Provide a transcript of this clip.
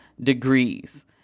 degrees